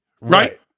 Right